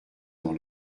dans